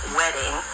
wedding